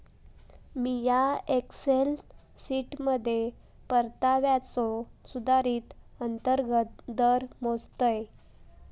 मिया एक्सेल शीटमध्ये परताव्याचो सुधारित अंतर्गत दर मोजतय